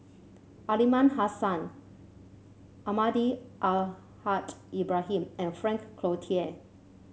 Aliman Hassan Almahdi Al Haj Ibrahim and Frank Cloutier